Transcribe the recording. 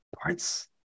parts